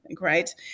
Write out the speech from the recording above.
right